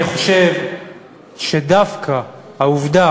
אני חושב שדווקא העובדה